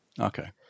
Okay